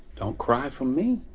don't cry for me.